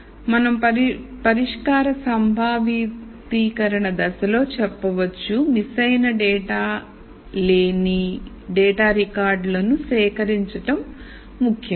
కాబట్టి మనం పరిష్కార సంభావితీకరణ దశలో చెప్పవచ్చు మిస్ అయిన డేటా లేని డేటా రికార్డులను సేకరించడం ముఖ్యం